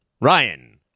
Ryan